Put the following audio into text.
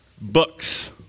books